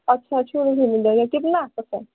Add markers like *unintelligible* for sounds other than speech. अच्छा *unintelligible* कितना है आपके पास